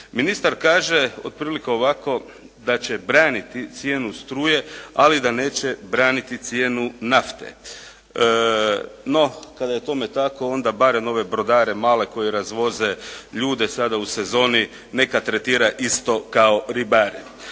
Ministar kaže otprilike ovako, da će braniti cijenu struje, ali da neće braniti cijenu nafte. No, kada je tome tako, onda barem ove brodare male koji razvoze ljude sada u sezoni neka tretira isto kao ribare.